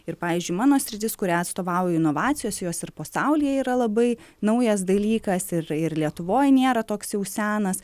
ir pavyzdžiui mano sritis kurią atstovauju inovacijos jos ir pasaulyje yra labai naujas dalykas ir ir lietuvoj nėra toks jau senas